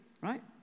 right